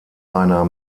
einer